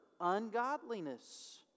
ungodliness